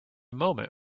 moment